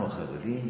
אנחנו, החרדים,